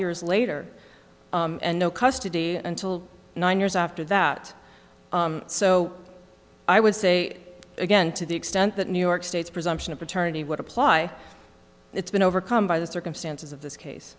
years later and no custody until nine years after that so i would say again to the extent that new york state's presumption of paternity would apply it's been overcome by the circumstances of this case